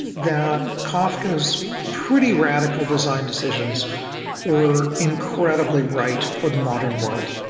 the kafka's pretty radical designed decisions were incredibly right for the modern world.